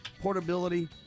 portability